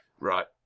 Right